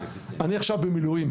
אני עכשיו במילואים,